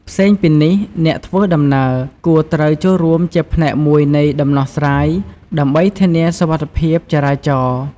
ផ្សេងពីនេះ អ្នកធ្វើដំណើរគួរត្រូវចូលរួមជាផ្នែកមួយនៃដំណោះស្រាយ ដើម្បីធានាសុវត្ថិភាពចរាចរណ៍។